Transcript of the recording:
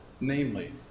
namely